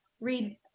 read